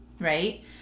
right